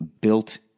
built